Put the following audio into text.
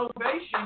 ovation